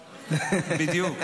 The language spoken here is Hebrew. בדיוק.